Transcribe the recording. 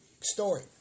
Story